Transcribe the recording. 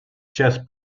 chess